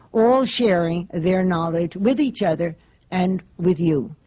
all sharing their knowledge with each other and with you.